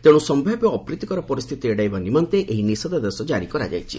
ତେଣୁ ସମ୍ଭାବ୍ୟ ଅପ୍ରୀତିକର ପରିସ୍ଥିତି ଏଡ଼ାଇବା ନିମନ୍ତେ ଏହି ନିଷେଧାଦେଶ ଜାରି କରାଯାଇଛି